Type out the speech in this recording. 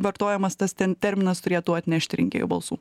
vartojamas tas terminas turėtų atnešti rinkėjų balsų